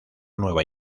nueva